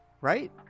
Right